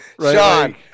Sean